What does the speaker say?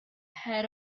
head